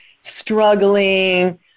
struggling